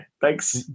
Thanks